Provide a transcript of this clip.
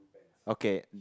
okay